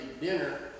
dinner